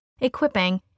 equipping